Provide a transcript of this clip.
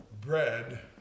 bread